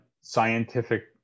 scientific